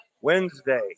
Wednesday